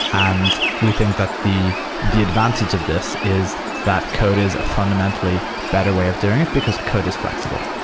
and we think that the the advantage of this is that code is a fundamentally better way of doing it, because code is flexible.